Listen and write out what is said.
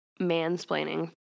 mansplaining